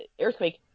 Earthquake